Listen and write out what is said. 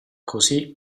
così